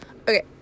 Okay